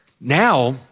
Now